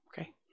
Okay